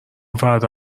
فردا